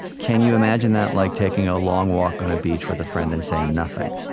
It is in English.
can you imagine that, like, taking a long walk on a beach with a friend and saying nothing?